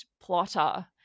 plotter